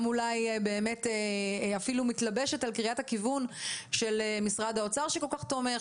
גם אולי באמת אפילו מתלבשת על קריאת הכיוון של משרד האוצר שכל כך תומך,